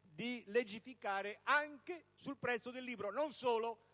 di legiferare anche sul prezzo del libro. Non solo,